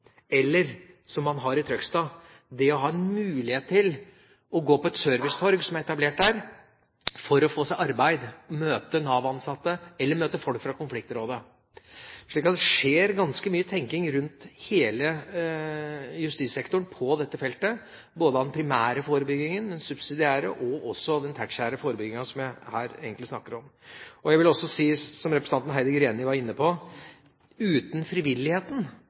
i Trøgstad, det å ha mulighet til å gå på et servicetorg som er etablert der, for å få seg arbeid, møte Nav-ansatte eller møte folk fra konfliktrådet – er også en del av mestringen. Det skjer ganske mye tenking rundt hele justissektoren på dette feltet, både rundt den primære forebyggingen, rundt den subsidiære forebyggingen og også rundt den tertiære forebyggingen, som jeg her egentlig snakker om. Jeg vil også si, som representanten Heidi Greni var inne på, at uten frivilligheten